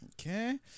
Okay